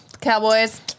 Cowboys